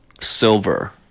silver